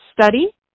study